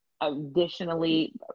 Additionally